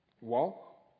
Walk